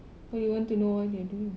why you want to know what they are doing